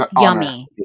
yummy